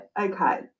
Okay